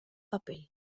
papel